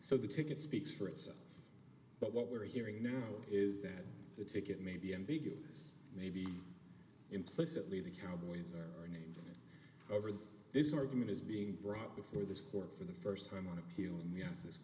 so the ticket speaks for itself but what we're hearing now is that the ticket may be ambiguous maybe implicitly the cowboys are going over this argument is being brought before this court for the first time on appeal